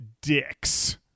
dicks